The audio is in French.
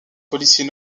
policier